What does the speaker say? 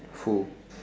who